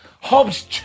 Hobbs